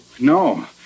No